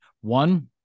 One